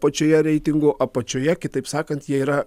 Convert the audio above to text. pačioje reitingų apačioje kitaip sakant jie yra